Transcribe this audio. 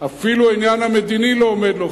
נמצא שאפילו העניין המדיני לא עומד לו.